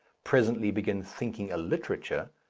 presently begin thinking a literature,